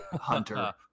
Hunter